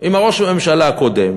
עם ראש הממשלה הקודם.